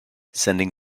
sending